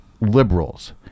liberals